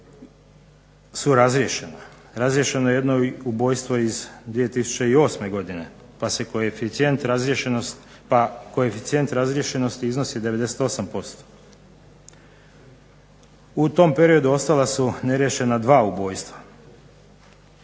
su razriješena. Razriješeno je jedno i ubojstvo iz 2008. godine, pa koeficijent razriješenosti iznosi 98%. U tom periodu ostala su neriješena dva ubojstva.